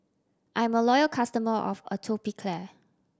I'm a loyal customer of Atopiclair